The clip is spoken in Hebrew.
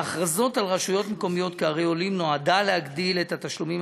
ההכרזות על רשויות מקומיות כערי עולים נועדו להגדיל את התשלומים